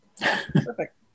Perfect